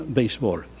baseball